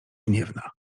gniewna